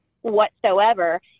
whatsoever